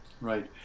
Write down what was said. right